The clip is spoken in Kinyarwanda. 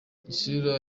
isura